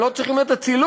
הם לא צריכים את הצילום,